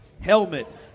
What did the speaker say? helmet